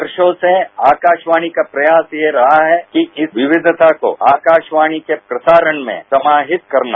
वर्षों से आकाशवाणी का प्रयास यह रहा है कि इस विविधता को आकाशवाणी के प्रसारण में समाहित करना